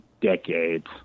decades